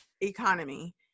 economy